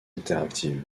interactive